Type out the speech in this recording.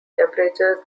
temperatures